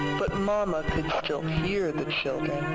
but mama could still hear the children.